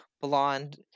blonde